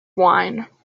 wine